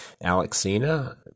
Alexina